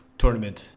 tournament